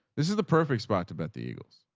this is the perfect spot to bet the eagles.